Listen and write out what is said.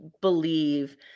believe